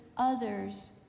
Others